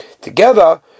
together